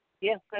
Yes